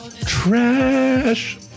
Trash